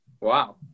Wow